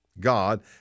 God